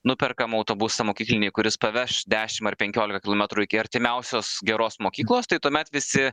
nuperkam autobusą mokyklinį kuris paveš dešimt ar penkiolika kilometrų iki artimiausios geros mokyklos tai tuomet visi